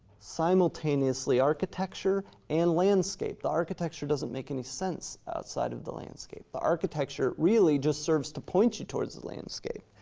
simultaneously architecture and landscape. the architecture doesn't make any sense outside of the landscape. the architecture really just serves to point you towards the landscape.